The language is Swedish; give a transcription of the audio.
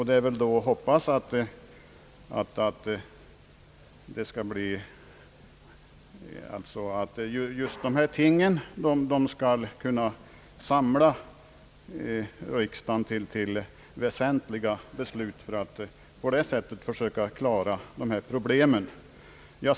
Det är då att hoppas att dessa önskemål skall kunna samla riksdagen till väsentliga beslut för att på det sättet försöka klara dessa problem.